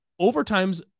Overtimes